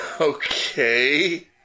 Okay